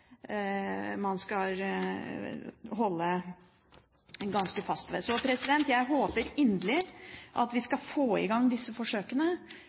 man skal holde ganske fast ved. Jeg håper inderlig at vi får i gang disse forsøkene,